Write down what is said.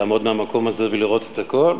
לעמוד מהמקום הזה ולראות את הכול